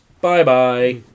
Bye-bye